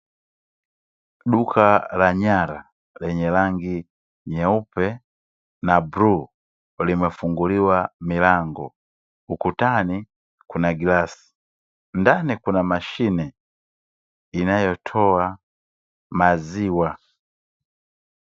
Duka la nyara lenye rangi nyeupe na bluu, limefunguliwa milango, ukutani kuna glasi, ndani kuna mashine inayotoa maziwa.